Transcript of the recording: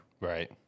Right